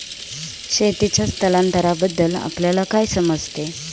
शेतीचे स्थलांतरबद्दल आपल्याला काय समजते?